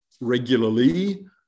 regularly